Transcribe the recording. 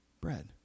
Bread